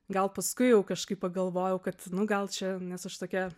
gal paskui jau kažkaip pagalvojau kad nu gal čia nes aš tokia